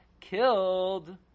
killed